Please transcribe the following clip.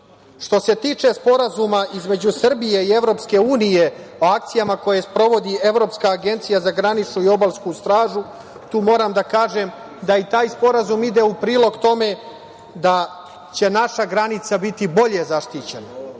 se tiče Sporazuma između Srbije i EU o akcijama koje sprovodi Evropska agencija za graničnu i obalsku stražu, tu moram da kažem da i taj sporazum ide u prilog tome da će naša granica biti bolje zaštićena.